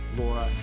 Laura